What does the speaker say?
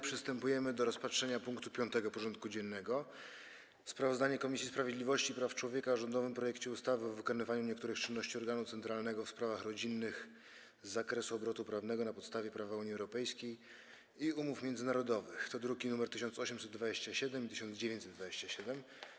Przystępujemy do rozpatrzenia punktu 5. porządku dziennego: Sprawozdanie Komisji Sprawiedliwości i Praw Człowieka o rządowym projekcie ustawy o wykonywaniu niektórych czynności organu centralnego w sprawach rodzinnych z zakresu obrotu prawnego na podstawie prawa Unii Europejskiej i umów międzynarodowych (druki nr 1827 i 1927)